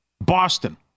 Boston